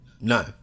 No